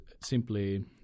simply